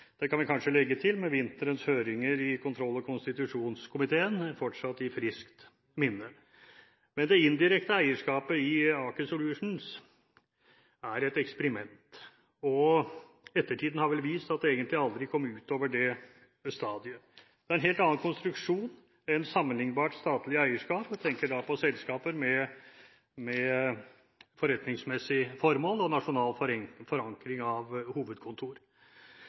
Det kan vi kanskje legge til med vinterens høringer i kontroll- og konstitusjonskomiteen fortsatt i friskt minne. Men det indirekte eierskapet i Aker Solutions er et eksperiment, og ettertiden har vel vist at det egentlig aldri kom ut over det stadiet. Det er en helt annen konstruksjon enn sammenlignbart statlig eierskap – jeg tenker da på selskaper med forretningsmessig formål og nasjonal forankring av hovedkontor.